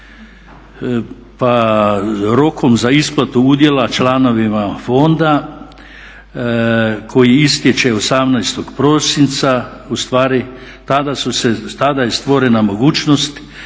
Rokom za isplatu udjela članovima fonda koji istječe 18. prosinca ustvari tada je stvorena mogućnost